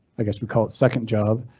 i guess we call it second job,